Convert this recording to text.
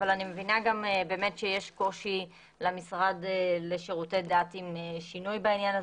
אבל אני מבינה גם שיש קושי למשרד לשירותי דת עם שינוי בעניין הזה,